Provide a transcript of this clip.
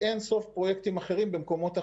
אין סוף פרויקטים אחרים במקומות אחרים.